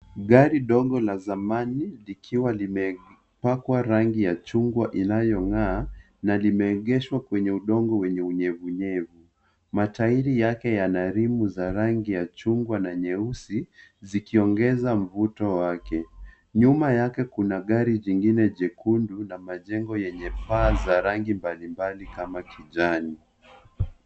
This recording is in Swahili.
Gari dogo la zamani likiwa limepakwa rangi ya chungwa inayong'aa na limeegeshwa kwenye udongo wenye unyevunyevu. Matairi yake yana rangi ya chungwa na nyeusi, zikiongeza mvuto wake. Nyuma yake kuna gari jingine jekundu na kuna majengo yenye paa za rangi mbalimbali kama kijani.